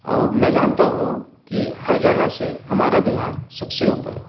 اور میں جانتا ہوں کہ ہر جگہ سے ہمارا بہار سب سے اوپر ہو